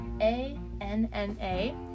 A-N-N-A